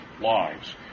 lives